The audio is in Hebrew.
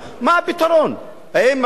האם רק להמשיך להרוס לאנשים?